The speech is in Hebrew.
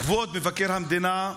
כבוד מבקר המדינה,